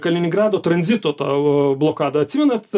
kaliningrado tranzito tą blokadą atsimenat